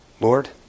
Lord